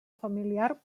familiar